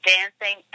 Dancing